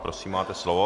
Prosím, máte slovo.